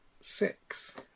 six